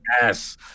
Yes